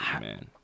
Man